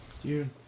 Dude